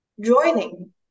joining